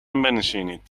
بنشینید